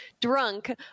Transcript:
drunk